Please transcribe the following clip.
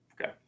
Okay